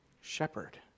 shepherd